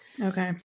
Okay